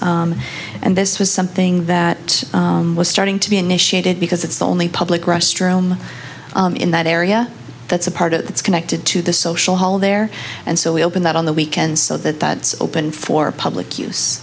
weekends and this was something that was starting to be initiated because it's the only public restroom in that area that's a part of it's connected to the social hall there and so we open that on the weekends so that that's open for public use